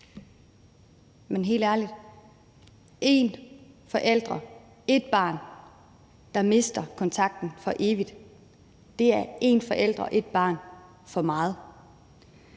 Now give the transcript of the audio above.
Men helt ærligt: Én forælder, ét barn, der mister kontakten for evigt, er én forælder, ét barn for meget.